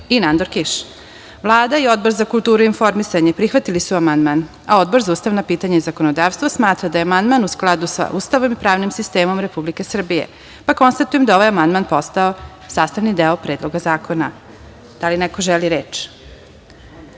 i Nandor Kiš. Vlada i Odbor za kulturu i informisanje prihvatili su amandman, a Odbor za ustavna pitanja i zakonodavstvo smatra da je amandman u skladu sa Ustavom i pravnim sistemom Republike Srbije. Konstatujem da je ovaj amandman postao sastavni deo Predloga zakona. Da li neko želi